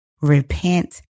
repent